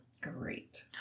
Great